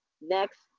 next